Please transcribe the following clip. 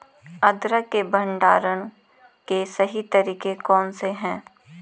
अदरक के भंडारण के सही तरीके कौन से हैं?